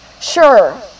Sure